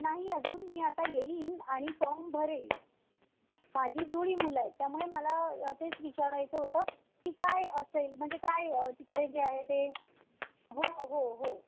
नाही अजून मी आता येईन आणि फॉर्म भरेल माझी जुळी मुलं आहेत त्यामुळे मला तेच विचारायचं होतं की काय असेल म्हणजे काय तिकडे जे आहे ते हो हो हो